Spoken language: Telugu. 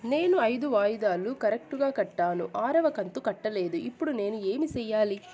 నేను ఐదు వాయిదాలు కరెక్టు గా కట్టాను, ఆరవ కంతు కట్టలేదు, ఇప్పుడు నేను ఏమి సెయ్యాలి?